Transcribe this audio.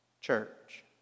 church